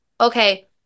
okay